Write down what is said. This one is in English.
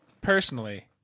personally